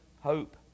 hope